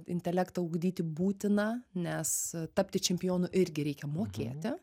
intelektą ugdyti būtina nes tapti čempionu irgi reikia mokėti